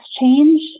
change